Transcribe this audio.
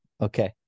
okay